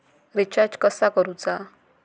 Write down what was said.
Recharge कसा करूचा?